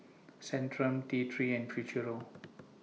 Centrum T three and Futuro